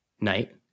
night